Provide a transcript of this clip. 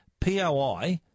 POI